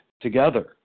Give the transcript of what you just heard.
together